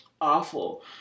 awful